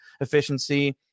efficiency